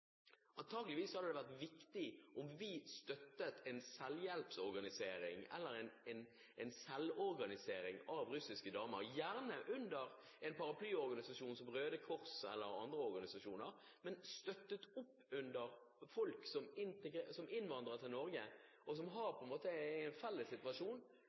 Antakeligvis hadde det vært viktig om vi støttet en selvhjelpsorganisering eller en selvorganisering av russiske damer, gjerne under en paraplyorganisasjon som Røde Kors eller andre organisasjoner, altså at vi støttet opp under folk som innvandrer til Norge, som på en måte er i en felles situasjon,